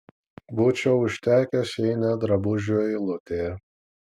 būčiau užtekęs jei ne drabužių eilutė